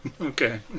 Okay